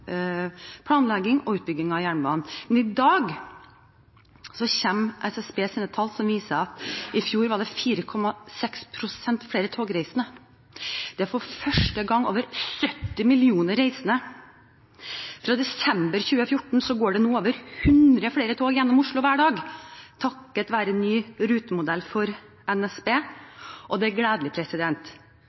planlegging og utbygging av jernbanen. Men i dag kom SSBs tall som viser at det i fjor var 4,6 pst. flere togreisende. Det er for første gang over 70 millioner reisende. Fra desember 2014 går det nå over hundre flere tog gjennom Oslo hver dag, takket være en ny rutemodell for NSB, og det er gledelig